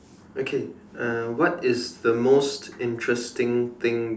okay uh what is the most interesting thing